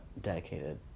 dedicated